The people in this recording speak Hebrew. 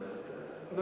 נחליט בסוף,